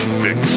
mix